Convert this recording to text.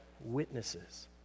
witnesses